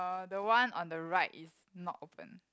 the one on the right is not open